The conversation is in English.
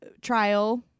Trial